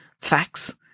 facts